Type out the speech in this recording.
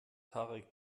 tarek